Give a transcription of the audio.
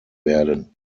werden